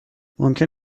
ممکن